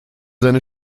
seine